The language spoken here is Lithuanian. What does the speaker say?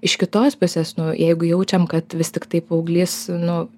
iš kitos pusės nu jeigu jaučiam kad vis tiktai paauglys nu